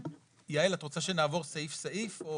אני